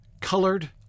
colored